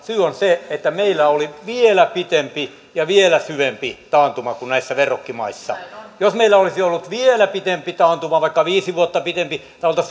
on se että meillä oli vielä pitempi ja vielä syvempi taantuma kuin näissä verrokkimaissa jos meillä olisi ollut vielä pitempi taantuma vaikka viisi vuotta pitempi me olisimme